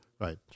right